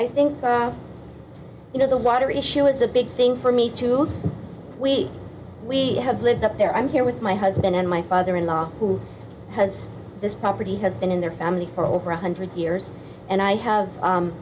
i think you know the water issue is a big thing for me to look we we have lived up there i'm here with my husband and my father in law who has this property has been in their family for over one hundred years and i have